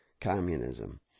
communism